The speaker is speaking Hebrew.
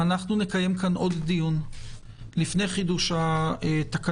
אנחנו נקיים כאן עוד דיון לפני חידוש התקנות.